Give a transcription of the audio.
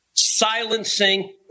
silencing